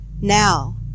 Now